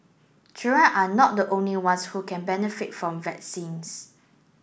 children are not the only ones who can benefit from vaccines